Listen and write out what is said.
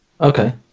Okay